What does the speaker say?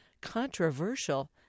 controversial